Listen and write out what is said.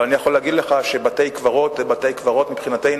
אבל אני יכול להגיד לך שבתי-קברות זה בתי-קברות מבחינתנו,